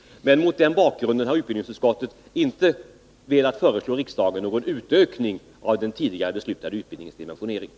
Men mot denna bakgrund har utbildningsutskottet inte velat föreslå riksdagen någon utökning av den tidigare beslutade utbildningsdimensioneringen.